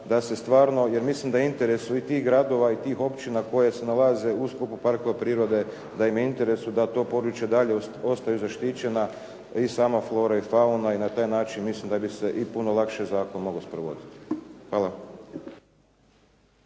da se stvarno jer mislim da je u interesu i tih gradova i tih općina koje se nalaze u sklopu parkova prirode, da im je u interesu da ta područja i dalje ostaju zaštićena i sama flora i fauna i na taj način mislim da bi se i puno lakše zakon mogao sprovoditi. Hvala.